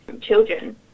children